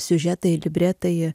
siužetai libretai